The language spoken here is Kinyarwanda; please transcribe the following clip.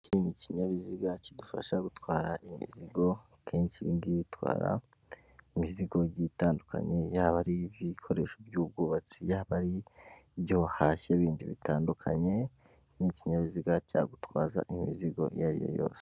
Iki ni ikinyabiziga kidufasha gutwara imizigo, kenshi ibi ngibi bitwara imizigo igiye itandukanye, yaba ari ibikoresho by'ubwubatsi, yaba ari ibyo wahashye bindi bitandukanye, ni ikinyabiziga cyagutwaza imizigo iyo ariyo yose.